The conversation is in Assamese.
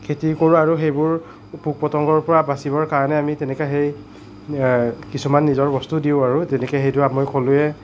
খেতি কৰোঁ আৰু সেইবোৰ পোক পতংগৰ পৰা বাচিবৰ কাৰণে আমি তেনেকৈ সেই কিছুমান নিজৰ বস্তুও দিওঁ আৰু যেনেকৈ সেইটো মই ক'লোৱেই